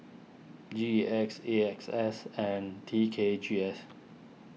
G E X A X S and T K G S